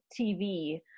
TV